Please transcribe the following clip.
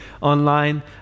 online